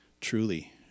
truly